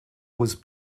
was